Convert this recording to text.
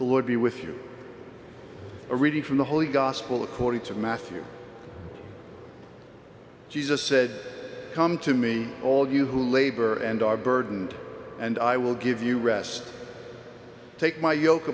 who would be with you a reading from the holy gospel according to matthew jesus said come to me all you who labor and are burdened and i will give you rest take my yo